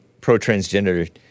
pro-transgender